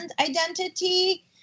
identity